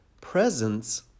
Presence